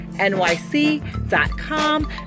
NYC.com